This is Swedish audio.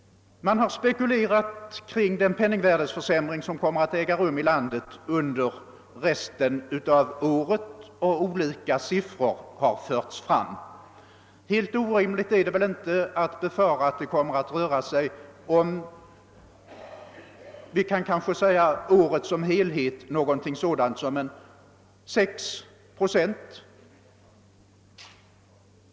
Man har spekulerat kring den penningvärdeförsämring som kommer att äga rum här i landet under året, och olika siffror härför har angetts. Helt orimligt är det väl inte att befara att det för året som helhet kommer att röra sig om låt oss säga 6 procent.